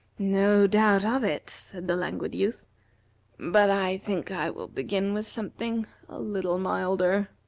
no doubt of it, said the languid youth but i think i will begin with something a little milder.